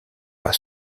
par